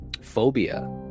phobia